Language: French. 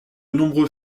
nombreux